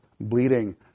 bleeding